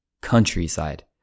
Countryside